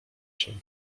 się